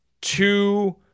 two